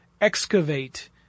excavate